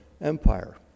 empire